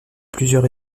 plusieurs